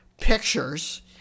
pictures